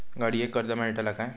गाडयेक कर्ज मेलतला काय?